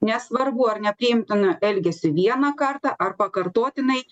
nesvarbu ar nepriimtinu elgesiu vieną kartą ar pakartotinai